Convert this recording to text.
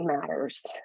matters